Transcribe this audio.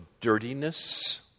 dirtiness